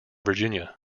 virginia